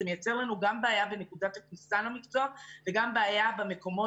זה מייצר לנו גם בעיה בנקודת הכניסה למקצוע וגם בעיה במקומות